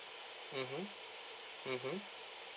mmhmm mmhmm